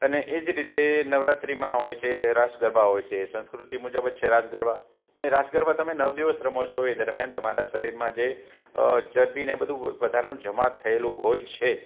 અને એજ રીતે નવરાત્રિમાં હોય છે રાસ ગરબા હોય છે સંસ્કૃતિ મુજબ જ છે રાસ ગરબા પણ એ રાસ ગરબા તમે નવ દિવસ રમો છો એ દરમ્યાન તમારા શરીરમાં જે ચરબીને એ બધુ વધારાનું જમા થએલું હોય છે